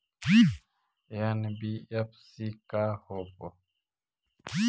NBFC का होब?